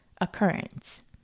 occurrence